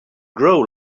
grow